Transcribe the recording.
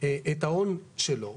את ההון שלו,